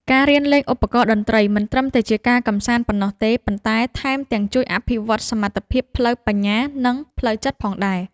ការរៀនលេងឧបករណ៍តន្ត្រីមិនត្រឹមតែជាការកម្សាន្តប៉ុណ្ណោះទេ ប៉ុន្តែថែមទាំងជួយអភិវឌ្ឍសមត្ថភាពផ្លូវបញ្ញា និងផ្លូវចិត្តផងដែរ។